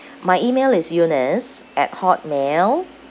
my email is eunice at hotmail